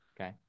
Okay